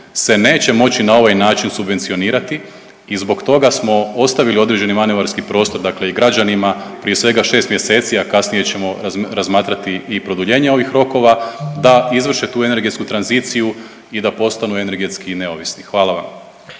se neće moći na ovaj način subvencionirati i zbog toga smo ostavili određeni manevarski prostor, dakle i građanima prije svega 6 mjeseci, a kasnije ćemo razmatrati i produljenje ovih rokova da izvrše tu energetsku tranziciju i da postanu energetski neovisni, hvala vam.